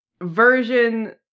version